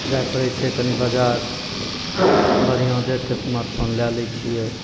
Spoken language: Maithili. जाइ पड़ै छै तनि बजार बढ़िआँ देखिके इस्मार्ट फोन लै लै छिए